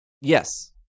Yes